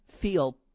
feel